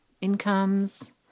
incomes